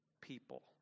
people